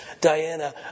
Diana